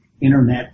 Internet